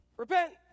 Repent